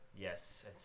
Yes